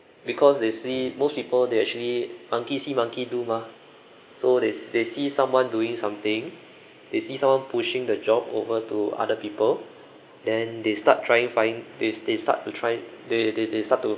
because they see most people they actually monkey see monkey do mah so they se~ they see someone doing something they see someone pushing the job over to other people then they start trying find they they start to try they they they start to